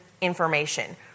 information